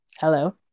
hello